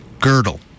Girdle